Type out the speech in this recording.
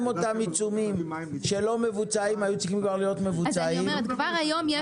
כבר היום יש